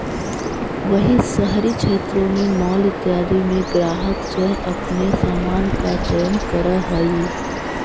वहीं शहरी क्षेत्रों में मॉल इत्यादि में ग्राहक स्वयं अपने सामान का चयन करअ हई